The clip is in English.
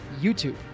YouTube